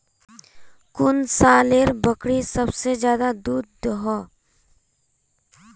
कुन नसलेर बकरी सबसे ज्यादा दूध दो हो?